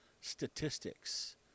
statistics